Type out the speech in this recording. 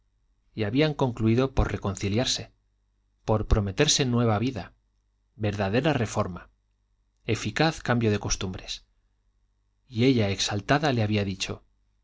y habían concluido por reconciliarse por prometerse nueva vida verdadera reforma eficaz cambio de costumbres y ella exaltada le había dicho